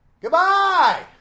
Goodbye